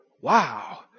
Wow